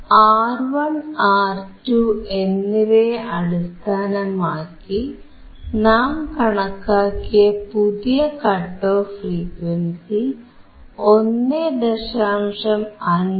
R1 R2 എന്നിവയെ അടിസ്ഥാനമാക്കി നാം കണക്കാക്കിയ പുതിയ കട്ട് ഓഫ് ഫ്രീക്വൻസി 1